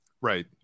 Right